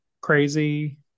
crazy